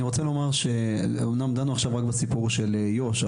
אני רוצה לומר שאמנם דנו עכשיו רק בסיפור של יו"ש,